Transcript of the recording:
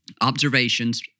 observations